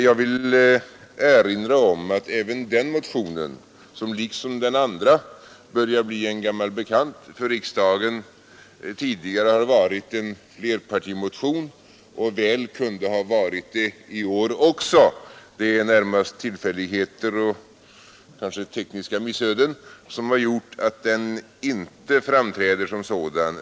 Jag vill erinra om att även den motionen, som liksom den andra börjar bli en gammal bekant för riksdagen, tidigare har varit en flerpartimotion och väl kunde ha varit det i år också. Det är närmast tillfälligheter och kanske tekniska missöden som har gjort att den inte framträder som sådan.